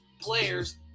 players